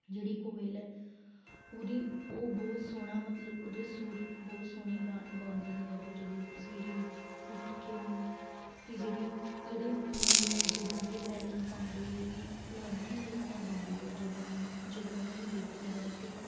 ਜਿਹੜੀ ਕੋਇਲ ਹੈ ਉਹਦੀ ਉਹ ਬਹੁਤ ਸੋਹਣਾ ਮਤਲਬ ਉਹਦੇ ਸੁਰ ਬਹੁਤ ਸੋਹਣੇ ਗਾ ਗਾਉਂਦੀ ਹੈ ਉਹ ਜਦੋਂ ਸਵੇਰੇ ਉੱ ਉੱਠ ਕੇ ਅਤੇ ਜਿਹੜੀ ਜਿਹੜੇ ਮੋਰ ਹੈ ਜਦੋਂ ਇਹ ਪੈਲਾਂ ਪਾਉਂਦੇ ਵੀ ਅਲੱਗ ਹੀ ਨਜ਼ਾਰਾ ਦਿੰਦੇ ਆ ਜਦੋਂ ਇਨ ਜਦੋਂ ਇਹਨਾਂ ਨੂੰ ਦੇਖਦਾ ਹੈ ਅਤੇ